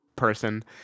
person